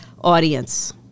audience